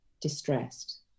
distressed